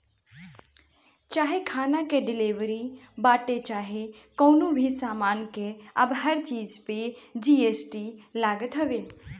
चाहे खाना के डिलीवरी बाटे चाहे कवनो भी सामान के अब हर चीज पे जी.एस.टी लागत हवे